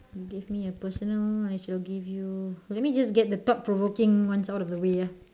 you give me a personal I shall give you let me just get the thought provoking ones out of the way ya